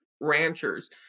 ranchers